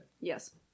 Yes